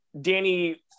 Danny